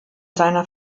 seiner